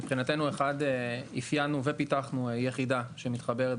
מבחינתנו אפיינו ופיתחנו יחידה שמתחברת